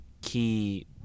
key